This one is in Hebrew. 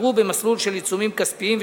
ייפתרו בתהליך של עיצומים כספיים,